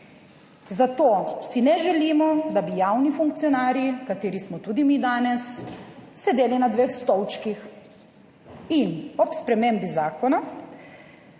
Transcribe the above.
zato si ne želimo, da bi javni funkcionarji, kateri smo tudi mi danes sedeli na dveh stolčkih in ob spremembi zakona